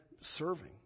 serving